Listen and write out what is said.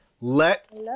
let